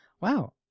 wow